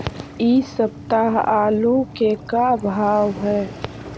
इ सप्ताह आलू के का भाव है?